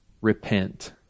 repent